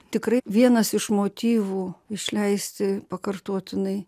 tikrai vienas iš motyvų išleisti pakartotinai